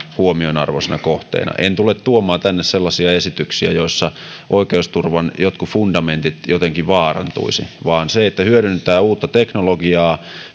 huomionarvoisena kohteena en tule tuomaan tänne sellaisia esityksiä joissa oikeusturvan jotkut fundamentit jotenkin vaarantuisivat vaan hyödynnetään uutta teknologiaa